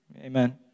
Amen